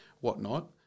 whatnot